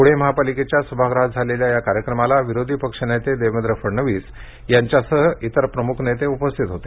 पुणे महापालिकेच्या सभागृहात झालेल्या या कार्यक्रमाला विरोधी पक्षनेते देवेंद्र फडणवीस यांच्यासह इतर प्रमुख नेते उपस्थित होते